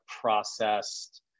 processed